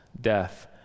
death